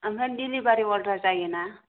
आमफाय दिलिबारि अरदार जायोना